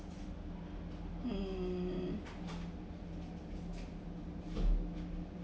um